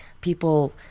people